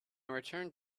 returned